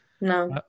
no